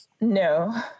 No